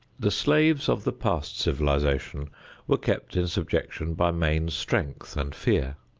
the slaves of the past civilization were kept in subjection by main strength and fear.